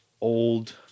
old